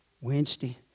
Wednesday